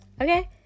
okay